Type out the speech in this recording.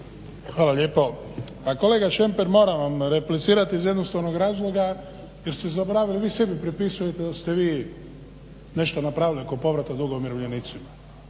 Hvala lijepa. Pa kolega Šemper, moram vam replicirati iz jednostavnog razloga jer ste zaboravili, vi sebi pripisujete da ste vi nešto napravili oko povrata duga umirovljenicima.